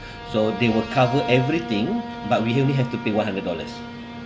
so they would cover everything but we only have to pay one hundred dollars